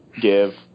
give